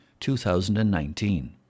2019